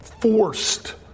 forced